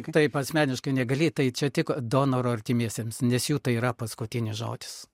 taip asmeniškai negali tai čia tik donoro artimiesiems nes jų tai yra paskutinis žodis